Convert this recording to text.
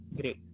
great